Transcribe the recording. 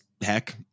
heck